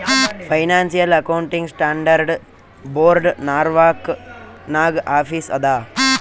financial accounting standard board Norwalk ನಾಗ್ office ಅದಾ